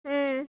ହୁଁ